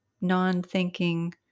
non-thinking